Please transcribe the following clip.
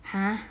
!huh!